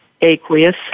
aqueous